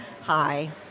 hi